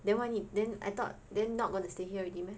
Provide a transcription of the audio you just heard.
then why need then I thought then not gonna stay here already meh